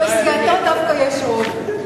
בסיעתו דווקא יש רוב.